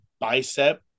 bicep